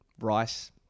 Rice